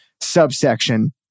subsection